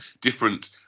different